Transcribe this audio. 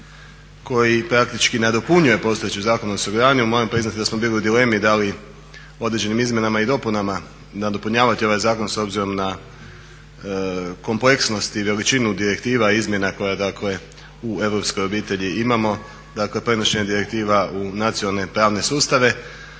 koji praktički nadopunjuje postojeći Zakon o osiguranju. Moram priznati da smo bili u dilemi da li određenim izmjenama i dopunama nadopunjavati ovaj zakon s obzirom na kompleksnost i veličinu direktiva izmjena koja dakle u europskoj obitelji imamo. Dakle, prenošenje direktiva u nacionalne pravne sustave.